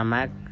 Mac